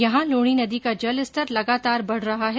यहा लूणी नदी का जलस्तर लगातार बढ रहा है